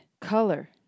color